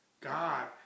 God